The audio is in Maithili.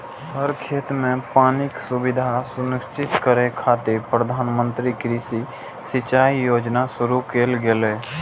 हर खेत कें पानिक सुविधा सुनिश्चित करै खातिर प्रधानमंत्री कृषि सिंचाइ योजना शुरू कैल गेलै